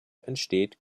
entsteht